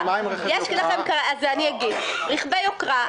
מה עם רכב יוקרה?